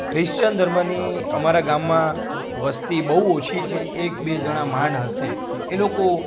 Christian ધર્મની અમારાં ગામમાં વસ્તી બહુ ઓછી છે એક બે જણા માંડ હશે એ લોકો